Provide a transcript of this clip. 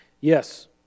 Yes